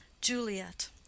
Juliet